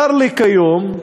צר לי, כיום,